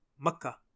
Makkah